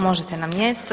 Možete na mjesto.